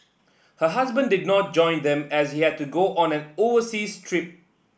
her husband did not join them as he had to go on an overseas trip